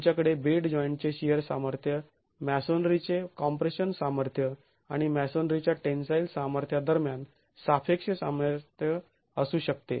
तुमच्याकडे बेड जॉईंटचे शिअर सामर्थ्य मॅसोनरीचे कॉम्प्रेशन सामर्थ्य आणि मॅसोनरीच्या टेन्साईल सामर्थ्या दरम्यान सापेक्ष सामर्थ्य असू शकते